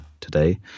today